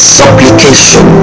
supplication